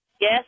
Yes